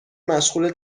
مشغول